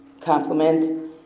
compliment